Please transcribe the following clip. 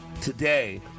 Today